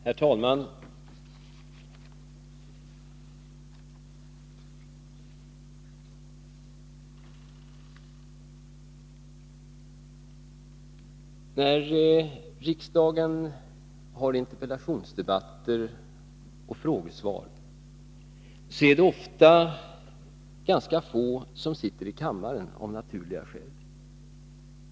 Herr talman! När riksdagen har interpellationsdebatter och frågedebatter, är det ofta ganska få som sitter i kammaren — av naturliga skäl.